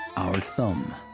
our thumb.